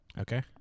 Okay